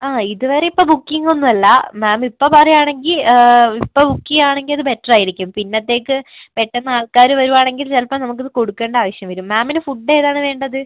ആ ഇതുവരെ ഇപ്പോൾ ബുക്കിങ്ങൊന്നുമല്ല മാം ഇപ്പോൾ പറയുകയാണെങ്കിൽ ഇപ്പോൾ ബുക്ക് ചെയ്യുകയാണെങ്കിൽ അത് ബെറ്ററായിരിക്കും പിന്നത്തേക്ക് പെട്ടെന്ന് ആൾക്കാര് വരുവാണെങ്കിൽ ചിലപ്പോൾ നമുക്ക് അത് കൊടുക്കണ്ട ആവശ്യം വരും മാമിന് ഫുഡ് ഏതാണ് വേണ്ടത്